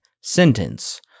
sentence